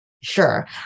Sure